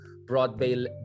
Broadway